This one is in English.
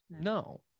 No